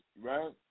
Right